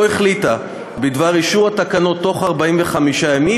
החליטה בדבר אישור התקנות בתוך 45 ימים,